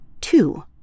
two